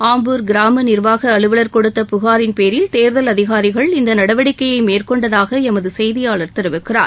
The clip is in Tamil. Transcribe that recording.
ஆம்பூர் கிராம நிர்வாக அலுவல் கொடுத்த புகாரின் பேரில் தேர்தல் அதிகாரிகள் இந்த நடவடிக்கை மேற்கொண்டதாக எமது செய்தியாளர் தெரிவிக்கிறார்